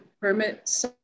permit